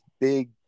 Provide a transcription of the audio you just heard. big